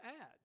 add